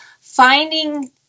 finding